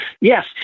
Yes